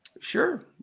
Sure